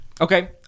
Okay